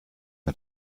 mir